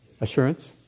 assurance